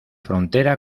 frontera